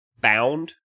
bound